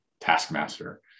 taskmaster